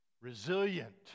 resilient